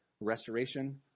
restoration